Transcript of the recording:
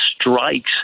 strikes